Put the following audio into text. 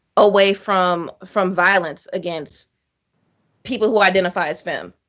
away from from violence, against people who identify as femme,